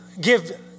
give